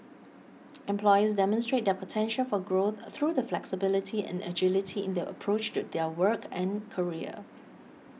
employees demonstrate their potential for growth through the flexibility and agility in their approach to their work and career